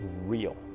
real